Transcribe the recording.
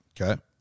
Okay